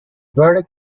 verdict